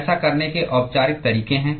ऐसा करने के औपचारिक तरीके हैं